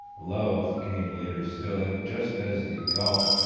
love came later still, and just as the golf,